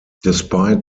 despite